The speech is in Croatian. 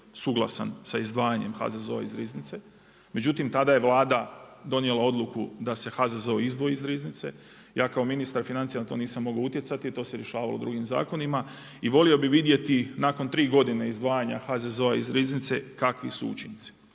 suglasan sa izdvajanjem HZZO-a iz riznice, međutim tada je vlada donijela odluku da se HZZO izdvoji iz riznice. Ja kao ministar financija na to nisam mogao utjecati i to se rješavalo u drugim zakonima. I volio bih vidjeti nakon tri godine izdvajanja HZZO-a iz riznice kakvi su učinci